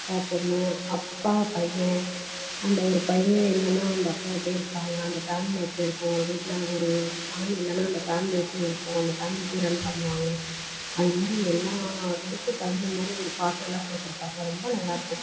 அப்பா பொண்ணு அப்பா பையன் அந்த ஒரு பையன் இல்லைன்னா அந்த அப்பா எப்படி இருப்பாங்க அந்த ஃபேமிலி எப்படி இருக்கும் வீட்டில் ஒரு ஆள் இல்லைன்னா அந்த ஃபேமிலி எப்படி இருக்கும் அந்த ஃபேமிலி எப்படி ரன் பண்ணுவாங்க அந்த மாதிரி எல்லா இதுக்கும் தகுந்த மாதிரி அந்த பாட்டுலாம் கொடுத்துருப்பாங்க ரொம்ப நல்லாயிருக்கும்